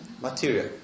Material